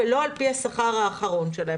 ולא על פי השכר האחרון שלהם.